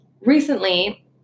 recently